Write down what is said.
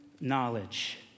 knowledge